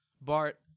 Bart